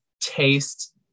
taste